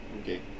Okay